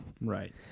Right